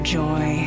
joy